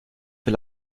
für